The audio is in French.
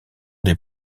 des